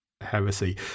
Heresy